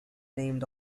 named